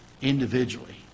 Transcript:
Individually